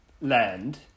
land